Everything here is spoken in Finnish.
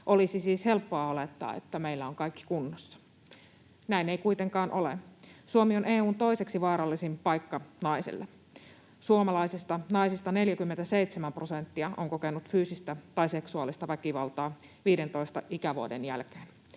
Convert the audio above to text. Olisi siis helppoa olettaa, että meillä on kaikki kunnossa. Näin ei kuitenkaan ole. Suomi on EU:n toiseksi vaarallisin paikka naiselle. Suomalaisista naisista 47 prosenttia on kokenut fyysistä tai seksuaalista väkivaltaa 15 ikävuoden jälkeen.